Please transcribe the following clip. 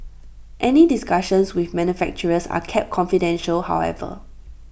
any discussions with manufacturers are kept confidential however